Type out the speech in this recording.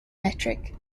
metric